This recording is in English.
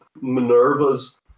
Minerva's